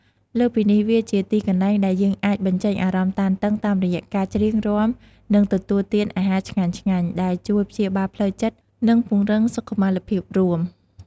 លើសពីនេះ វាជាទីកន្លែងដែលយើងអាចបញ្ចេញអារម្មណ៍តានតឹងតាមរយៈការច្រៀង រាំ និងទទួលទានអាហារឆ្ងាញ់ៗ ដែលជួយព្យាបាលផ្លូវចិត្ត និងពង្រឹងសុខុមាលភាពរួម។